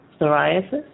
psoriasis